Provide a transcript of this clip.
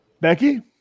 Becky